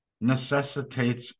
necessitates